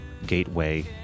Gateway